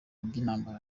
by’intambara